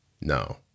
No